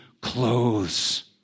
clothes